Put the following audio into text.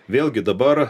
vėlgi dabar